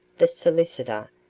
the solicitor,